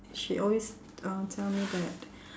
she always uh tell me that